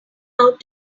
out